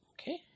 Okay